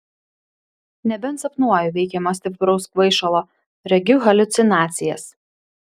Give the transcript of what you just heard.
nebent sapnuoju veikiama stipraus kvaišalo regiu haliucinacijas